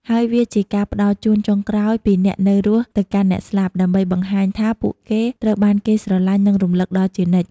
ហើយវាជាការផ្តល់ជូនចុងក្រោយពីអ្នកនៅរស់ទៅកាន់អ្នកស្លាប់ ដើម្បីបង្ហាញថាពួកគេត្រូវបានគេស្រឡាញ់ និងរំលឹកដល់ជានិច្ច។